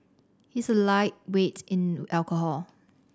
he is a lightweight in alcohol